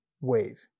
wave